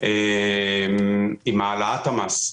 לגבי העלאת המס,